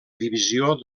divisió